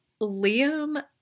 Liam